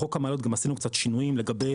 בחוק המעליות גם עשינו קצת שינויים לגבי